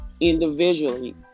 individually